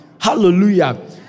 Hallelujah